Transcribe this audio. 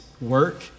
work